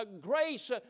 grace